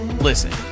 Listen